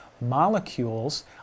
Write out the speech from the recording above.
molecules